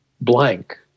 blank